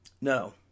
No